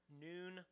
noon